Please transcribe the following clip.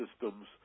systems